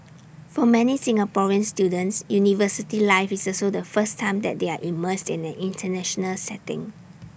for many Singaporean students university life is also the first time that they are immersed in an International setting